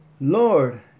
Lord